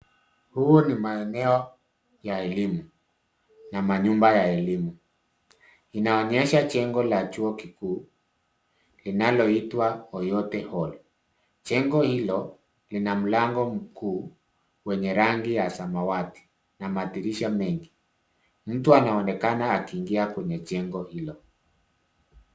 Huu ni maeneo ya elimu na manyumba ya elimu. Inaonyesha jengo la chuo kikuu linaloitwa Oyote Hall. Jengo hilo lina mlango mkuu wenye rangi ya samawati na madirisha mengi. Mtu anaonekana akiingia kwenye jengo hilo.